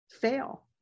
fail